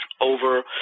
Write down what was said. over